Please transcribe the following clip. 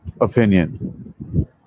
opinion